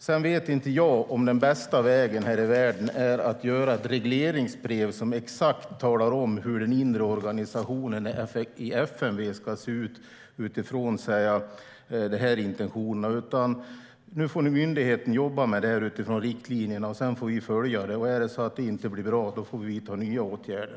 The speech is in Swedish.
Sedan vet inte jag om den bästa vägen här i världen är att utfärda ett regleringsbrev som exakt talar om hur den inre organisationen i FMV ska se ut utifrån dessa intentioner, utan nu får myndigheten jobba med detta utifrån riktlinjerna. Sedan får vi följa det, och blir det inte bra så får vi vidta nya åtgärder.